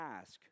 ask